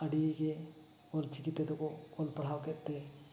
ᱟᱹᱰᱤᱜᱮ ᱚᱞᱪᱤᱠᱤ ᱛᱮᱫᱚᱠᱚ ᱚᱞ ᱯᱟᱲᱦᱟᱣ ᱠᱮᱫᱛᱮ